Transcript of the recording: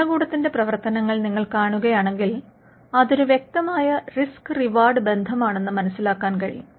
ഭരണകൂടത്തിന്റെ പ്രവർത്തനങ്ങൾ നിങ്ങൾ കാണുകയാണെങ്കിൽ അതൊരു വ്യക്തമായ റിസ്ക് റിവാർഡ് ബന്ധമാണെന്ന് മനസിലാക്കാൻ കഴിയും